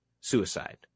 suicide